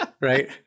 right